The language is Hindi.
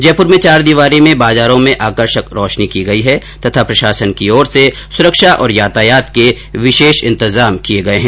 जयपुर में चार दीवारी में बाजारों में आकर्षक रोशनी की गई तथा प्रशासन की ओर से सुरक्षा और यातायात के विशेष इंतजाम किये गये है